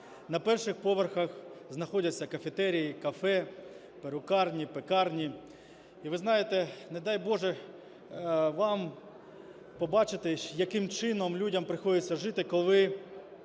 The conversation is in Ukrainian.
На перших поверхах знаходяться кафетерії, кафе, перукарні, пекарні. І ви знаєте, не дай Боже вам побачити, яким чином людям приходиться жити, коли